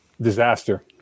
Disaster